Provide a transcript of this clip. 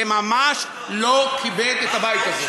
זה ממש לא כיבד את הבית הזה.